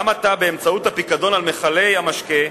גם עתה, באמצעות הפיקדון על מכלי המשקה,